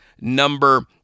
number